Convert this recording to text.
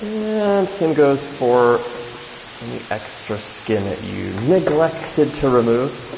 and same goes for any extra skin that you neglected to remove.